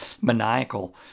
maniacal